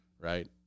Right